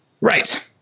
Right